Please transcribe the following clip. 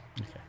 Okay